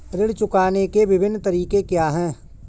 ऋण चुकाने के विभिन्न तरीके क्या हैं?